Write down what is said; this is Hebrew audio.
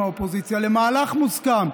למהלך מוסכם,